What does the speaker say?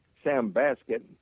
sam baskett,